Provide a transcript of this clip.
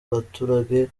baturage